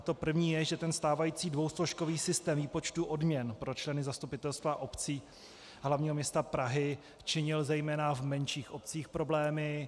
To první je, že stávající dvousložkový systém výpočtu odměn pro členy zastupitelstev obcí a hlavního města Prahy činil zejména v menších obcích problémy.